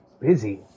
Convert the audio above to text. busy